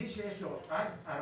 מי שיש לו 40%